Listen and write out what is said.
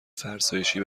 فرسایشی